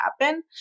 happen